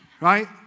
right